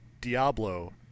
Diablo